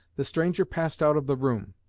the stranger passed out of the room.